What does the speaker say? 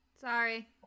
Sorry